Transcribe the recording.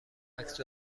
عکس